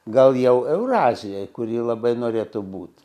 gal jau eurazijoj kuri labai norėtų būti